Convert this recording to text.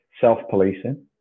self-policing